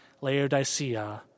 Laodicea